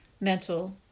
mental